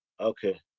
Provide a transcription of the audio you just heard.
Okay